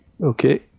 Okay